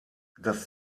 das